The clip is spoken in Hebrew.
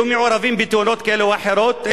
היו מעורבים בתאונות כאלה ואחרות,